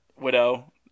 widow